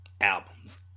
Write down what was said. albums